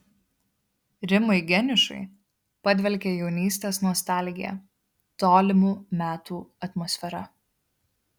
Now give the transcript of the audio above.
rimui geniušui padvelkia jaunystės nostalgija tolimų metų atmosfera